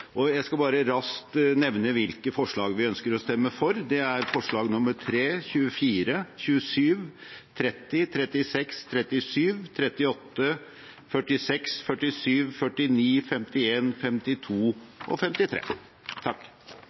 samlet. Jeg skal raskt nevne hvilke underpunkter vi ønsker å stemme for i forslaget. Det er underpunktene 3, 24, 27, 30, 36–38, 46, 47, 49,